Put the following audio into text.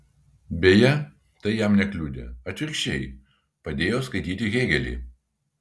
beje tai jam nekliudė atvirkščiai padėjo skaityti hėgelį